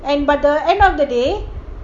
and but the end of the day